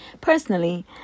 Personally